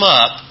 up